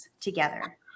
together